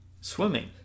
Swimming